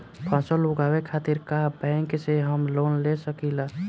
फसल उगावे खतिर का बैंक से हम लोन ले सकीला?